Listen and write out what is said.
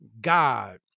God